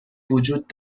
وجود